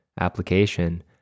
application